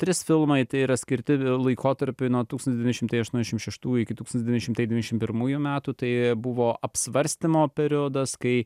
trys filmai tai yra skirti laikotarpiui nuo tūkstantis devyni šimtai aštuoniasdešim šeštųjų iki tūkstantis devyni šimtai devyniasdešim pirmųjų metų tai buvo apsvarstymo periodas kai